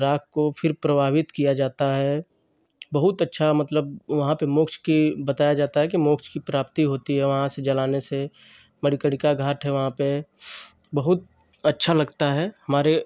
राख को फिर प्रवाहित किया जाता है बहुत अच्छा मतलब वहाँ पर मोक्ष की बताया जाता है कि मोक्ष की प्राप्ति होती है वहाँ से जलाने से मणिकर्णिका घाट है वहाँ पर बहुत अच्छा लगता है हमारे